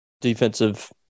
defensive –